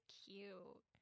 cute